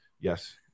Yes